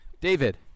David